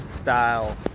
style